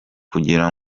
kugira